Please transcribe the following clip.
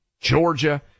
Georgia